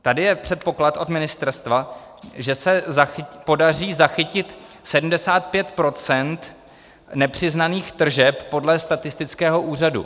Tady je předpoklad od ministerstva, že se podaří zachytit 75 % nepřiznaných tržeb podle statistického úřadu.